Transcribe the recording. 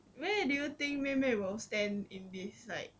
where do you think 妹妹 will stand in this like